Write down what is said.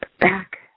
back